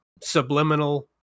subliminal